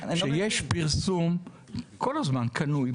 כמו שיש